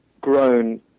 grown